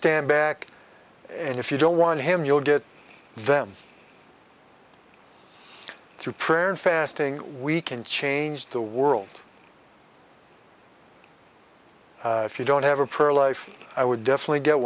stand back and if you don't want him you'll get them through prayer and fasting we can change the world if you don't have a prayer life i would definitely get